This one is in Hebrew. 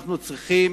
אנחנו צריכים,